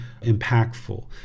impactful